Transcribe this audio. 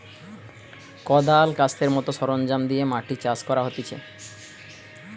কদাল, কাস্তের মত সরঞ্জাম দিয়ে মাটি চাষ করা হতিছে